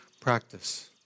practice